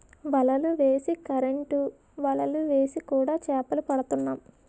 వలలు వేసి కరెంటు వలలు వేసి కూడా చేపలు పడుతున్నాం